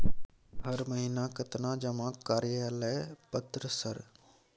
हर महीना केतना जमा कार्यालय पत्र सर?